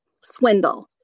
swindle